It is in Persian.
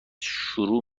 شروع